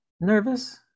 nervous